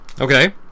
Okay